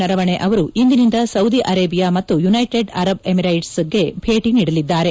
ನರವಣೆ ಅವರು ಇಂದಿನಿಂದ Saudi Arabia ಮತ್ತು ಯುನ್ವೆಟೆಡ್ ಅರಬ್ ಎಮಿರೈಟ್ಸ್ಗೆ ಭೇಟಿ ನೀಡಲಿದ್ದಾರೆ